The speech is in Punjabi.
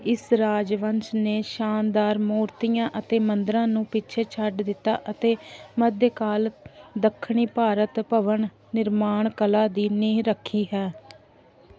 ਇਸ ਰਾਜਵੰਸ਼ ਨੇ ਸ਼ਾਨਦਾਰ ਮੂਰਤੀਆਂ ਅਤੇ ਮੰਦਰਾਂ ਨੂੰ ਪਿੱਛੇ ਛੱਡ ਦਿੱਤਾ ਅਤੇ ਮੱਧਕਾਲ ਦੱਖਣੀ ਭਾਰਤ ਭਵਨ ਨਿਰਮਾਣ ਕਲਾ ਦੀ ਨੀਂਹ ਰੱਖੀ ਹੈ